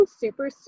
super